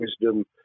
wisdom